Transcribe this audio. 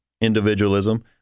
individualism